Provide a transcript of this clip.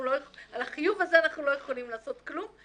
על החיוב הזה אנחנו לא יכולים לעשות כלום.